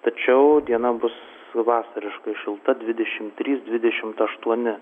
tačiau diena bus vasariškai šilta dvidešim trys dvidešimt aštuoni